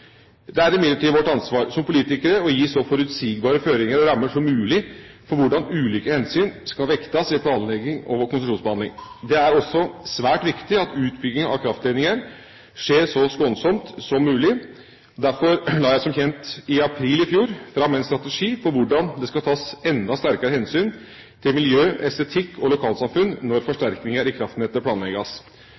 Det er imidlertid vårt ansvar som politikere å gi så forutsigbare føringer og rammer som mulig for hvordan ulike hensyn skal vektes i planlegging og konsesjonsbehandling. Det er også svært viktig at utbyggingen av kraftledninger skjer så skånsomt som mulig. Derfor la jeg som kjent i april i fjor fram en strategi for hvordan det skal tas enda sterkere hensyn til miljø, estetikk og lokalsamfunn når forsterkninger i kraftnettet planlegges.